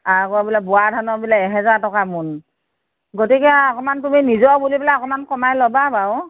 আকৌ বোলে বৰা ধানৰ বোলে এহেজাৰ টকা মোন গতিকে আৰু অকণমান তুমি নিজৰ বুলি পেলাই অকণমান কমাই ল'বা বাৰু